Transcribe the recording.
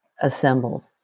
assembled